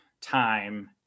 time